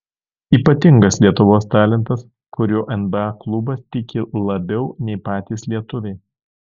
ypatingas lietuvos talentas kuriuo nba klubas tiki labiau nei patys lietuviai